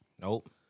Nope